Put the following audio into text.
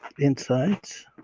insights